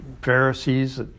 Pharisees